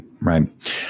right